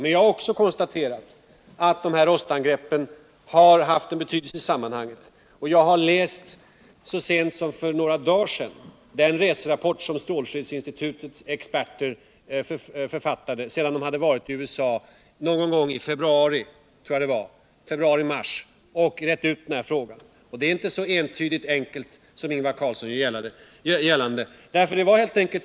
Men jag har också konstaterat att rostangreppen har haft betydelse i sammanhanget. Så sent som för några dagar sedan läste jag en reserapport, som strålskyddsinstitutets experter författat sedan de varit i USA någon gång i februari-mars och rett ut denna fråga. Det är inte så enkelt som Ingvar Carlsson vill göra gällande.